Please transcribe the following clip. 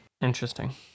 interesting